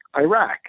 iraq